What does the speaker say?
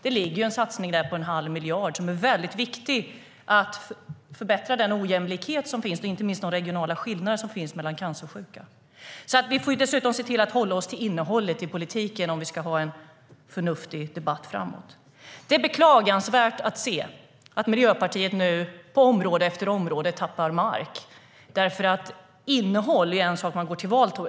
Där ligger en satsning på en halv miljard som är väldigt viktig för att förbättra den ojämlikhet och inte minst de regionala skillnader som finns mellan cancersjuka. Det är beklagansvärt att se att Miljöpartiet nu på område efter område tappar mark. Innehåll är en sak man går till val på.